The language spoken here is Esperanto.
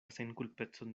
senkulpecon